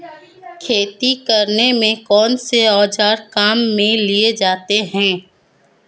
खेती करने में कौनसे औज़ार काम में लिए जाते हैं?